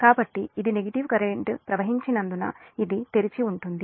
కాబట్టి ఇది negative current ప్రవహించనందున ఇది తెరిచి ఉంటుంది